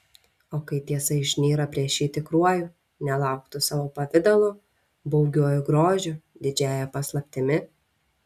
o kai tiesa išnyra prieš jį tikruoju nelauktu savo pavidalu baugiuoju grožiu didžiąja paslaptimi